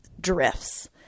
drifts